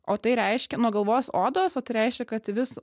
o tai reiškia nuo galvos odos o tai reiškia kad vis